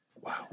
Wow